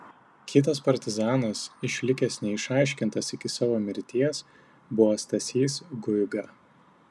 kitas partizanas išlikęs neišaiškintas iki savo mirties buvo stasys guiga